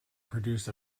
produced